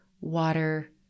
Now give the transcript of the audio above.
water